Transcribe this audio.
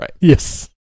Yes